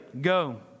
go